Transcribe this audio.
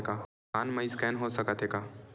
दुकान मा स्कैन हो सकत हे का?